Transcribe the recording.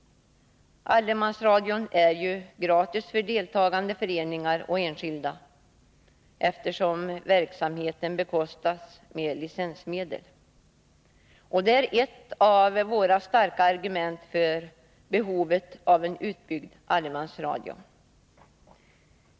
Allemansradion är gratis för deltagande föreningar och enskilda, eftersom verksamheten bekostas med licensmedel. Det är ett av våra starka argument för en utbyggd allemansradio.